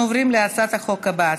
אנחנו עוברים להצעת החוק הבאה,